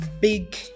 big